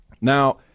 Now